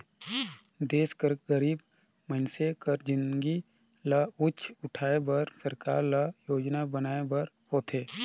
देस कर गरीब मइनसे कर जिनगी ल ऊंच उठाए बर सरकार ल योजना बनाए बर होथे